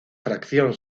fracción